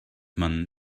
man